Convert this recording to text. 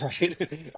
right